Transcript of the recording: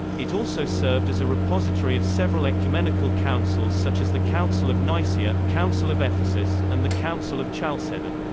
it also served as a repository of several ecumenical councils such as the council of nicea, council of ephesus, and the council of chalcedon.